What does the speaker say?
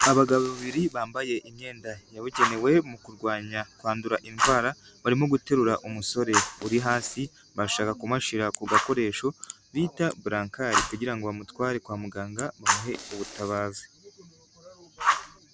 Abagabo babiri bambaye imyenda yabugenewe mu kurwanya kwandura indwara barimo guterura umusore uri hasi barashaka kumushira ku gakoresho bita burankari kugira ngo bamutware kwa muganga bamuhe ubutabazi.